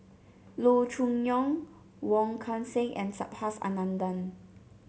Loo Choon Yong Wong Kan Seng and Subhas Anandan